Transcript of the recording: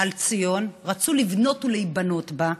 על ציון, רצו לבנות ולהיבנות בה,